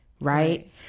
Right